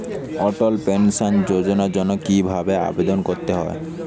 অটল pension যোজনার জন্য কি ভাবে আবেদন করতে হয়?